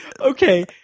Okay